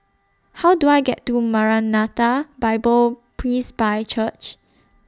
How Do I get to Maranatha Bible Presby Church